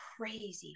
crazy